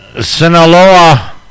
Sinaloa